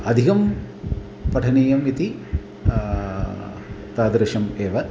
अधिकं पठनीयम् इति तादृशम् एव